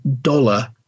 dollar